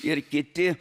ir kiti